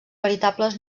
veritables